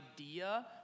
idea